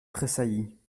tressaillit